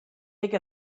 take